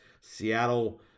seattle